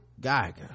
Geiger